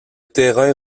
terrain